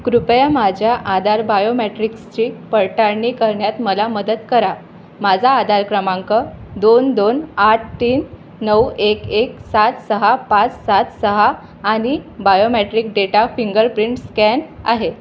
कृपया माझ्या आधार बायोमॅट्रिक्सची पडताळणी करण्यात मला मदत करा माझा आधार क्रमांक दोन दोन आठ तीन नऊ एक एक सात सहा पाच सात सहा आणि बायोमॅट्रिक डेटा फिंगरप्रिंट स्कॅन आहे